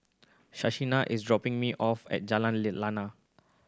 Shaina is dropping me off at Jalan Lana